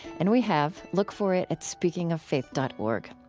and we have. look for it at speakingoffaith dot org,